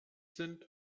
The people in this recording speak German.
sind